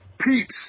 Peeps